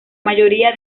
mayoría